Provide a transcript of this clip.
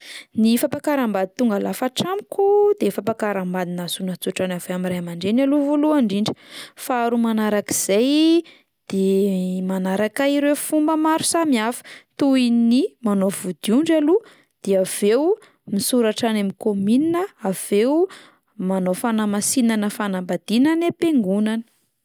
Ny fampakaram-bady tonga lafatra amiko de fampakaram-bady nahazoana tso-drano avy amin'ny ray aman-dreny aloha voalohany indrindra, faharoa manarak'izay de manaraka ireo fomba maro samihafa toy ny manao vodiondry aloha de avy eo misoratra any amin'ny kaominina, avy eo manao fanamasinana fanambadiana any am-piangonana.